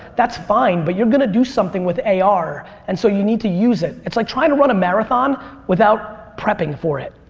that's fine but you're going to do something with ar and so you need to use it. it's like trying to run a marathon without prepping for it.